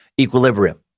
equilibrium